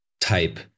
type